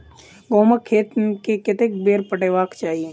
गहुंमक खेत केँ कतेक बेर पटेबाक चाहि?